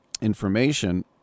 information